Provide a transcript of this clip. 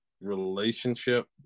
relationship